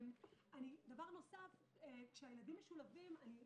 דבר נוסף, כשהילדים משולבים, אני חושבת,